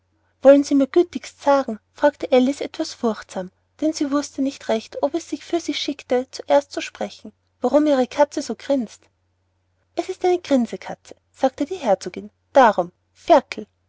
wollen sie mir gütigst sagen fragte alice etwas furchtsam denn sie wußte nicht recht ob es sich für sie schicke zuerst zu sprechen warum ihre katze so grinst es ist eine grinse katze sagte die herzogin darum ferkel